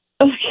Okay